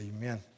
Amen